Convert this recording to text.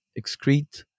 excrete